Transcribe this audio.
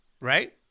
right